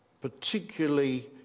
particularly